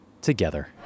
together